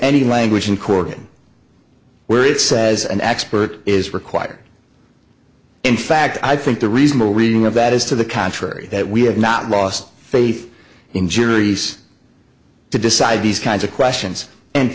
any language in corgan where it says an expert is required in fact i think the reasonable reading of that is to the contrary that we have not lost faith in juries to decide these kinds of questions and